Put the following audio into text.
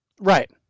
right